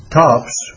tops